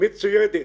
מצוידת